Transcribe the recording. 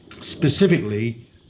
specifically